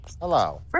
Hello